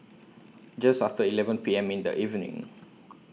Just after eleven P M in The evening